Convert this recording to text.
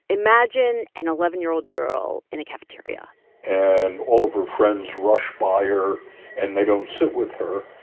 imagine an eleven year old girl in a cafeteria and all of her friends rush by her and they don't sit with her.